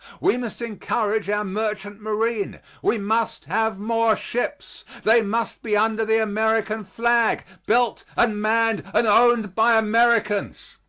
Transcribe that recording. we must encourage our merchant marine. we must have more ships. they must be under the american flag built and manned and owned by americans.